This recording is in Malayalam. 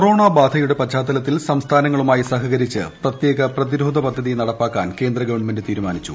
കൊറോണ ബാധയുടെ പശ്ചാത്തലത്തിൽ സംസ്ഥാനങ്ങളുമായി സഹകരിച്ച് പ്രത്യേക പ്രതിരോധ പദ്ധതി നടപ്പാക്കാൻ കേന്ദ്ര ഗവൺമെന്റ് തീരുമാനിച്ചു